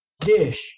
dish